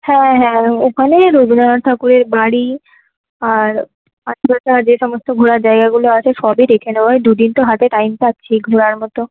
হ্যাঁ হ্যাঁ ওখানে রবীন্দ্রনাথ ঠাকুরের বাড়ি আর আশেপাশে আর যে সমস্ত ঘোরার জায়গাগুলো আছে সবই দেখে নেবো ভাই দু দিন তো হাতে টাইম পাচ্ছি ঘোরার মতো